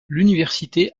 l’université